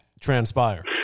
transpire